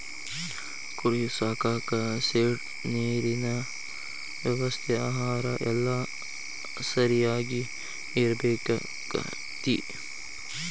ಕುರಿ ಸಾಕಾಕ ಶೆಡ್ ನೇರಿನ ವ್ಯವಸ್ಥೆ ಆಹಾರಾ ಎಲ್ಲಾ ಸರಿಯಾಗಿ ಇರಬೇಕಕ್ಕತಿ